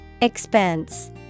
Expense